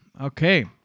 okay